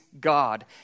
God